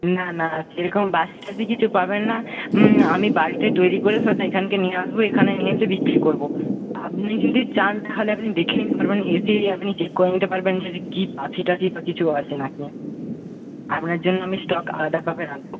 না না সেরকম বাসি টাসি কিছু পাবেন না আমি বাড়িতে তৈরি করে সেটা এখানে নিয়ে আসব এখানে নিয়ে এসে বিক্রি করব আপনি যদি চান তাহলে আপনি দেখে নিতে পারবেন এসেই আপনি চেক করে নিতে পারবেন যে কি বাসি টাসি বা কিছু আছে না কি আপনার জন্য আমি স্টক আলাদাভাবে রাখব